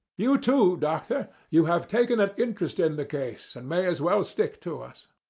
you too, doctor, you have taken an interest in the case and may as well stick to us.